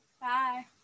Bye